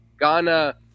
Ghana